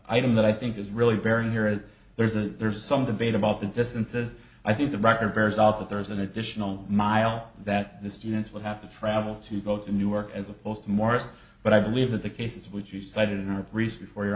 item that i think is really bearing here is there's a there's some debate about the distances i think the record bears out that there is an additional mile that the students would have to travel to go to newark as opposed to morris but i believe that the cases which you cited in our research before you